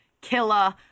killer